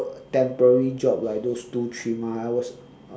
temporary job like those two three uh hours